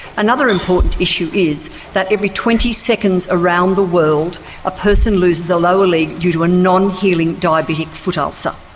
another important issue is that every twenty seconds around the world a person loses a lower leg due to a non-healing diabetic foot ulcer.